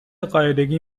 قاعدگی